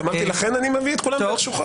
אמרתי, לכן אני מביא את כולם לשוחות.